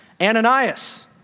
Ananias